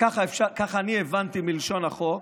ככה אני הבנתי מלשון החוק,